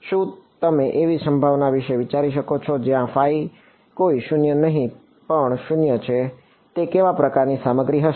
શું તમે એવી સંભાવના વિશે વિચારી શકો છો જ્યાં ફાઇ કોઈ શૂન્ય નહીં પણ શૂન્ય છે તે કેવા પ્રકારની સામગ્રી હશે